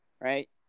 right